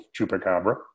Chupacabra